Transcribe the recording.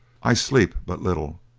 i sleep but little.